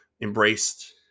embraced